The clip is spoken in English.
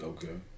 Okay